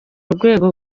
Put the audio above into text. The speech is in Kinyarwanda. rwego